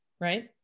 right